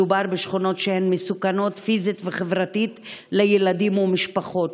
מדובר בשכונות שהן מסוכנות פיזית וחברתית לילדים ומשפחות,